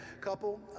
couple